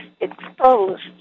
exposed